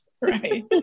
right